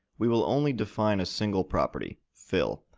we will only define a single property, fill,